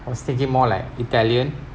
I was thinking more like italian